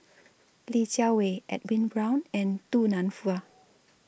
Li Jiawei Edwin Brown and Du Nanfa